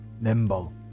nimble